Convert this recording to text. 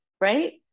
Right